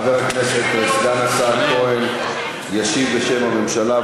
חבר הכנסת סגן השר כהן ישיב בשם הממשלה,